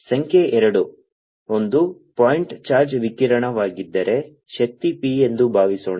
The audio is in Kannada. ಸಂಖ್ಯೆ ಎರಡು ಒಂದು ಪಾಯಿಂಟ್ ಚಾರ್ಜ್ ವಿಕಿರಣವಾಗಿದ್ದರೆ ಶಕ್ತಿ p ಎಂದು ಭಾವಿಸೋಣ